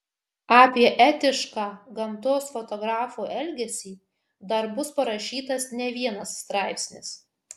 apie etišką gamtos fotografo elgesį dar bus parašytas ne vienas straipsnis